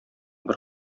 бер